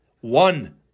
One